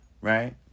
Right